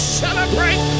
celebrate